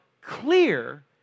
clear